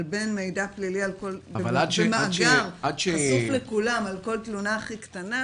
אבל בין מידע פלילי במאגר חשוף לכולם על כל תלונה הכי קטנה